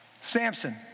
Samson